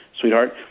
sweetheart